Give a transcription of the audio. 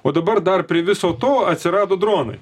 o dabar dar prie viso to atsirado dronai